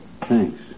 Thanks